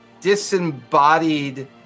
disembodied